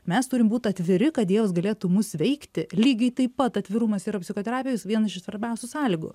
mes turim būt atviri kad dievas galėtų mus veikti lygiai taip pat atvirumas yra psichoterapijos vienas iš svarbiausių sąlygų